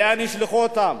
לאן ישלחו אותם?